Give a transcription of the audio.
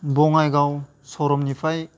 Bongaigaon स्वरुमनिफाय